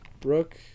Brooke